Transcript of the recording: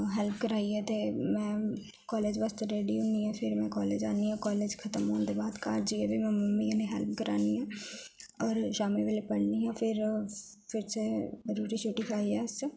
help कराइयै ते मैं कालेज वास्तै रेडी होन्नी आं फेर मैं कालेज आह्नी आं कालेज खतम होने दे बाद घर जाइयै मैं मम्मी दी हेल्प करानी आं होर शामी बैल्ले पढ़नी आं फिर च रुट्टी शुट्टी खाइयै